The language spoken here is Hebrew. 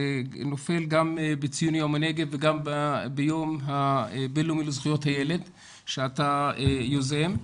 זה נופל גם בציון ליום הנגב וגם ביום הבינלאומי לזכויות הילד שאתה יוזם.